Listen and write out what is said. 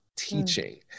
teaching